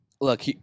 Look